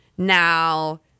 now